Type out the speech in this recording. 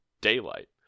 daylight